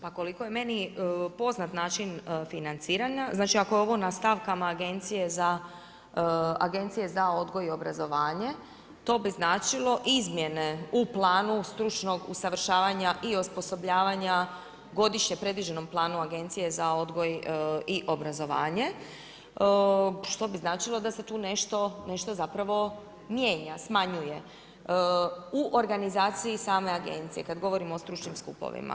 Pa koliko je meni poznat način financiranja, znači ako je ovo na stavkama Agencije za odgoj i obrazovanje to bi značilo izmjene u planu stručnog usavršavanja i osposobljavanja godišnje predviđenom Planu Agencije za odgoj i obrazovanje što bi značilo da se tu nešto zapravo mijenja, smanjuje u organizaciji same agencije kad govorimo o stručnim skupovima.